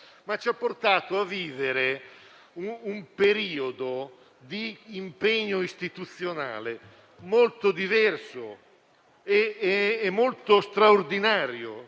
ma ci ha portato a vivere un periodo di impegno istituzionale molto diverso e straordinario,